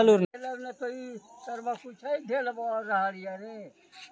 अधिक निवेश व्यक्तिगत वित्त आ परिसंपत्ति मे बाजार मूल्य सं बेसी निवेश कें कहल जाइ छै